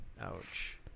Ouch